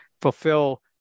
fulfill